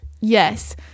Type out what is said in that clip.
Yes